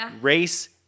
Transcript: race